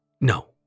No